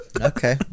Okay